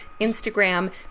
Instagram